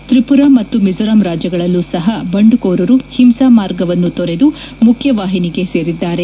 ತ್ರಿಪುರ ಮತ್ತು ಮಿಜೋರಾಂ ರಾಜ್ಯಗಳಲ್ಲೂ ಸಹ ಬಂಡುಕೋರರು ಹಿಂಸಾ ಮಾರ್ಗವನ್ನು ತೊರೆದು ಮುಖ್ಯವಾಹಿನಿಗೆ ಸೇರಿದ್ದಾರೆ